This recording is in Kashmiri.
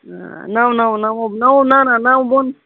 نہَ نَو نَو نَونَو نہَ نہَ نَوٕ بۅن